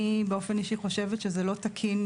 אני באופן אישי חושבת שזה לא תקין,